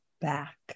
back